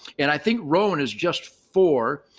and i think rowan is just four,